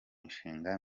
mishinga